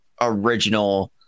original